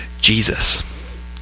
Jesus